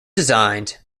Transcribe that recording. designed